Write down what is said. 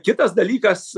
kitas dalykas